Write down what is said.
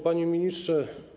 Panie Ministrze!